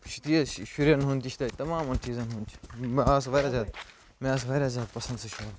یہِ چھُ تیٖز شُریٚن ہُنٛد تہِ چھُ تَتہِ تَمام چیٖزَن ہُنٛد چھُ بہٕ آس واریاہ زیاد مےٚ آو سُہ واریاہ زیادٕ پَسنٛد سُہ شوٛاپ